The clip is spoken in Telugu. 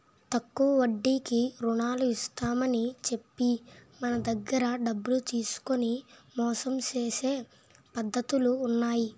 తక్కువ వడ్డీకి రుణాలు ఇస్తామని చెప్పి మన దగ్గర డబ్బులు తీసుకొని మోసం చేసే పద్ధతులు ఉన్నాయి